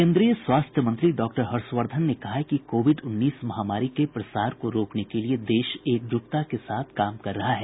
केन्द्रीय स्वास्थ्य मंत्री डॉक्टर हर्षवर्धन ने कहा है कि कोविड उन्नीस महामारी के प्रसार को रोकने के लिए देश एकजुटता के साथ काम कर रहा है